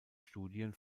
studien